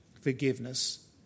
forgiveness